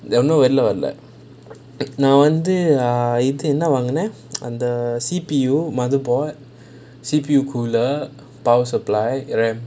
இன்னும் வெல்ல வரல நான் வந்து என்ன வாங்குனேன் அந்த:innum vella varala naan vanthu enna vaangunaen antha under the C_P_U mother board C_P_U cooler power supply R_A_M